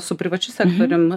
su privačiu sektorium